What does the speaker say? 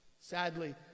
Sadly